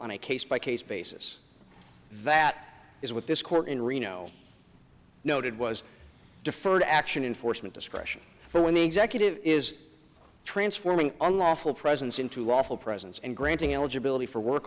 on a case by case basis that is what this court in reno noted was deferred action in force and discretion when the executive is transforming unlawful presence into lawful presence and granting eligibility for work